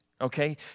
okay